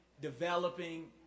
Developing